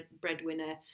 breadwinner